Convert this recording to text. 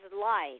life